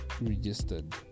registered